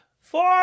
four